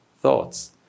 thoughts